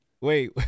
Wait